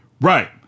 Right